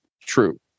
true